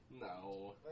No